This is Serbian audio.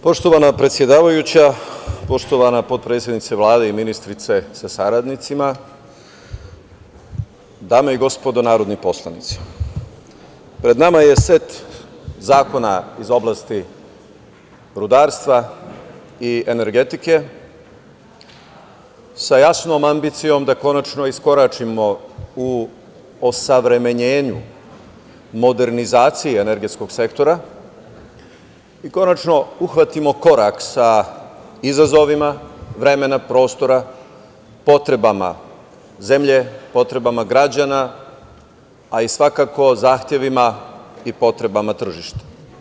Poštovana predsedavajuća, poštovana potpredsednice Vlade i ministrice sa saradnicima, dame i gospodo narodni poslanici, pred nama je set zakona iz oblasti rudarstva i energetike sa jasnom ambicijom da konačno iskoračimo u osavremenjenju, modernizaciji energetskog sektora i konačno uhvatimo korak sa izazovima vremena, prostora, potrebama zemlje, potrebama građana, a i svakako zahtevima i potrebama tržišta.